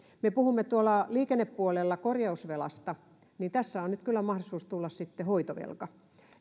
me kun puhumme tuolla liikennepuolella korjausvelasta niin tässä on nyt kyllä mahdollisuus tulla sitten hoitovelka